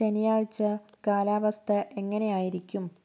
ശനിയാഴ്ച കാലാവസ്ഥ എങ്ങനെയായിരിക്കും